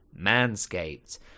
Manscaped